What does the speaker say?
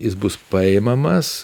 jis bus paimamas